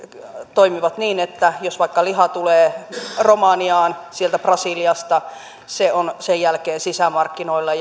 toimivat niin että jos vaikka liha tulee romaniaan sieltä brasiliasta se on sen jälkeen sisämarkkinoilla